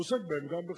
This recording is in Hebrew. הוא עוסק בהם גם בחירום.